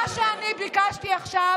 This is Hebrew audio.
מה שאני ביקשתי עכשיו